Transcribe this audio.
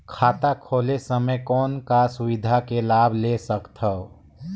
खाता खोले समय कौन का सुविधा के लाभ ले सकथव?